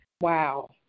Wow